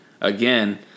again